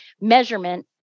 measurement